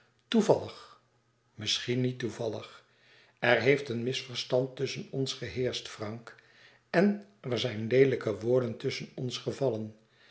toevallig misschien niet toevallig er heeft een misverstand tusschen ons geheerscht frank en er zijn leelijke woorden tusschen ons gevallen